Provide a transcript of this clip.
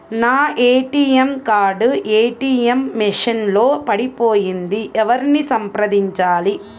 నా ATM card ATM machine లో పడిపోయింది ఎవరిని సంప్రదించాలి?